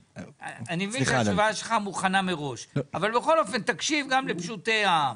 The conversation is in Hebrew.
אני מבין שהתשובה שלך מוכנה מראש אבל בכל אופן תקשיב גם לפשוטי האם.